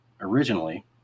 originally